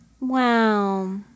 Wow